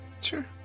Sure